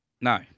no